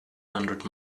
hundred